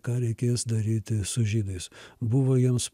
ką reikės daryti su žydais buvo jiems